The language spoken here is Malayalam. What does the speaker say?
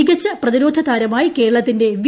മികച്ച പ്രതിരോധതാരമായി കേരളത്തിന്റെ വി